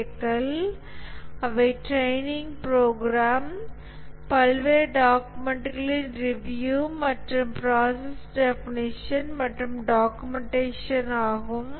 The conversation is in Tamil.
க்கள் அவை ட்ரைனிங் ப்ரோக்ராம் பல்வேறு டாகுமெண்ட்களின் ரிவ்யூஸ் மற்றும் ப்ராசஸ் டெஃபனிஷன் மற்றும் டாக்குமெண்டேஷன் ஆகும்